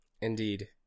Indeed